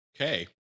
Okay